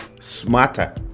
smarter